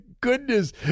goodness